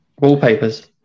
wallpapers